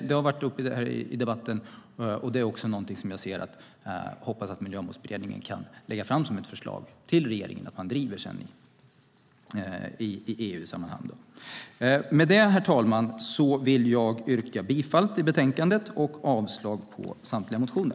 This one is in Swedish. Det har varit uppe i debatten, och det är någonting som jag hoppas att Miljömålsberedningen kan föreslå regeringen att sedan driva i EU-sammanhang. Med detta, herr talman, yrkar jag bifall till utskottets förslag i betänkandet och avslag på samtliga motioner.